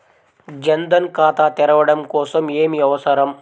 జన్ ధన్ ఖాతా తెరవడం కోసం ఏమి అవసరం?